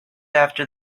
after